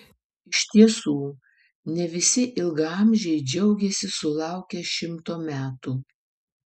iš tiesų ne visi ilgaamžiai džiaugiasi sulaukę šimto metų